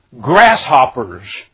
grasshoppers